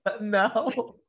no